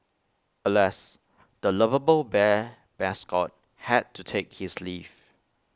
alas the lovable bear mascot had to take his leave